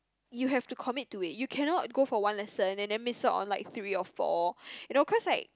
you have to commit to it you cannot go for one lesson then they miss out on like three or four you know cause like